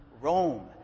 Rome